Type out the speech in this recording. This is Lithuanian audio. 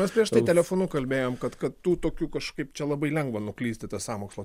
mes prieš tai telefonu kalbėjom kad kad tų tokių kažkaip čia labai lengva nuklyst į tas sąmokslo